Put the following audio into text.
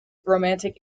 romantic